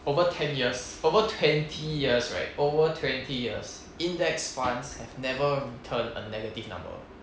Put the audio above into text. over ten years over twenty years right over twenty years index funds have never turn a negative number